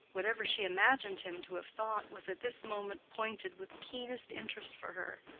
whatever she imagined him to have thought, was at this moment pointed with keenest interest for her